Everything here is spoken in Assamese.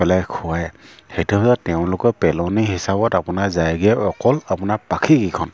পেলাই খুৱায় সেইটো হিচাপে তেওঁলোকৰ পেলনী হিচাপত আপোনাৰ যায়গৈ অকল আপোনাৰ পাখিকেইখন